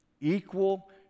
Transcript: Equal